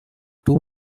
two